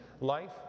life